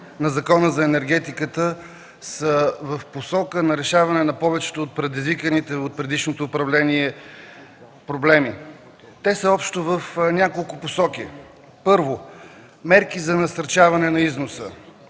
на Закона за енергетиката са в посока на решаване на повечето от предизвиканите от предишното управление проблеми. Те са общо в няколко посоки: първо – мерки за насърчаване на износа.